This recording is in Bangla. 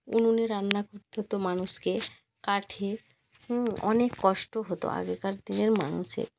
উনুনে রান্না করতে হতো মানুষকে কাঠে অনেক কষ্ট হতো আগেকার দিনের মানুষের